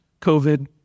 COVID